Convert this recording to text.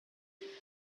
sky